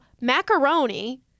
macaroni